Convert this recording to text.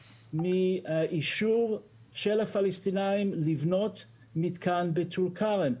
מאישור של הפלסטינאים לבנות מתקן בטול כרם.